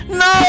no